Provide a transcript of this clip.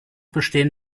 bestehen